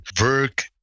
work